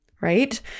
right